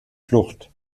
flucht